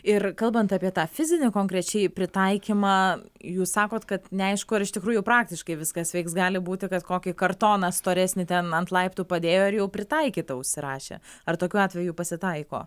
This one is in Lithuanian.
ir kalbant apie tą fizinį konkrečiai pritaikymą jūs sakot kad neaišku ar iš tikrųjų praktiškai viskas veiks gali būti kad kokį kartoną storesnį ten ant laiptų padėjo ir jau pritaikyta užsirašė ar tokių atvejų pasitaiko